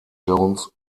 jones